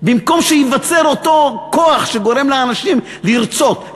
במקום שייווצר אותו כוח שגורם לאנשים לרצות,